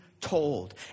told